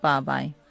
Bye-bye